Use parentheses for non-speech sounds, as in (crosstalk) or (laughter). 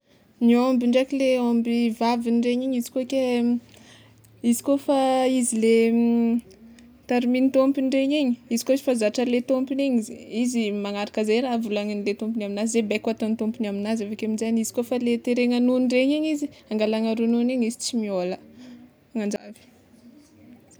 Ny ômby ndraiky le ômby vavy ndrenyizy koa ke izy koa fa izy le (hesitation) tarimin'ny tômpony ndregny igny izy kôfa zatra anle tômpony igny izy magnaraka ze raha volaninle tompony aminazy, ze baiko ataon'ny tompony aminazy, avekeo aminjegny izy kôfa le terana nono ndregny igny izy angalana ronono iny izy tsy mihôla anj-.